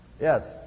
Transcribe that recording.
Yes